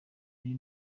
ari